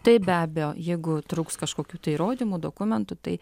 taip be abejo jeigu trūks kažkokių tai įrodymų dokumentų tai